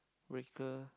with the